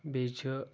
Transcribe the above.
بیٚیہِ چھُ